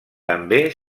també